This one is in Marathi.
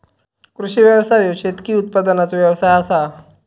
कृषी व्यवसाय ह्यो शेतकी उत्पादनाचो व्यवसाय आसा